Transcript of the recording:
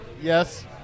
yes